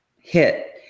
hit